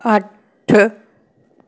ਅੱਠ